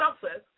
success